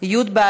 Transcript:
ולכן,